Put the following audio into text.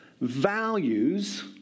values